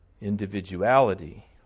individuality